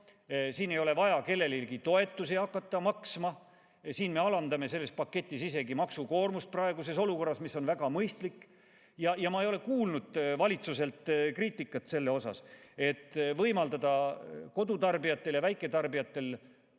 tuua. Ei ole vaja kellelegi toetusi maksma hakata. Me alandame selles paketis isegi maksukoormust, mis praeguses olukorras on väga mõistlik. Ma ei ole kuulnud valitsuselt kriitikat selle kohta, et võimaldada kodutarbijatel ja väiketarbijatel